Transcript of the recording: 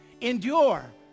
Endure